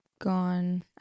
gone